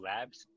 Labs